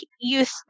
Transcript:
youth